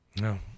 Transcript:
No